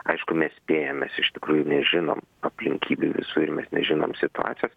aišku mes spėjam mes iš tikrųjų nežinom aplinkybių visų ir mes nežinom situacijos